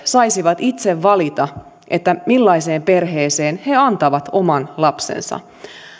saisivat itse valita millaiseen perheeseen he antavat oman lapsensa